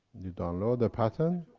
you download the patent.